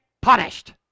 punished